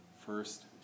first